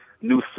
new